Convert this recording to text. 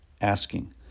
Asking